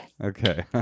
Okay